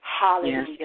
Hallelujah